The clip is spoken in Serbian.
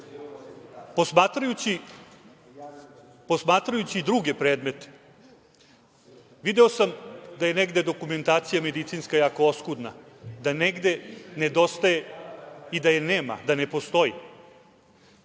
dece. Posmatrajući druge predmete video sam da je negde medicinska dokumentacija jako oskudna, da negde nedostaje i da je nema, da ne postoji.